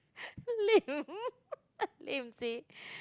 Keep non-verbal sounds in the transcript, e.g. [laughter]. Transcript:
lame [laughs] lame seh